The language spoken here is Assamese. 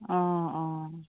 অঁ অঁ